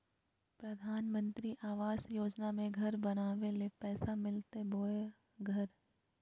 प्रधानमंत्री आवास योजना में घर बनावे ले पैसा मिलते बोया घर?